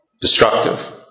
destructive